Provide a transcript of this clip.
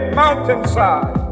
mountainside